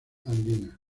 andina